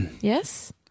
Yes